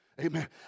Amen